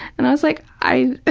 and i was like i.